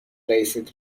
رئیست